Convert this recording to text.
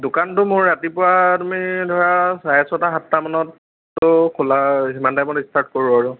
দোকানটো মোৰ ৰাতিপুৱা তুমি ধৰা চাৰে ছটা সাতটা মানতটো খোলা সিমান টাইমত ইষ্টাৰ্ট কৰোঁ আৰু